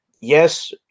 yes